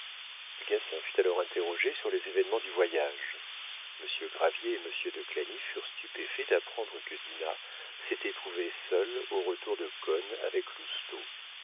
gatien fut alors interrogé sur les événements du voyage monsieur gravier et monsieur de clagny furent stupéfaits d'apprendre que dinah s'était trouvée seule au retour de cosne avec